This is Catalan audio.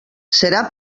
serà